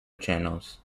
channels